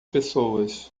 pessoas